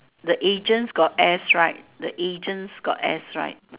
the agents got S right the agents got S right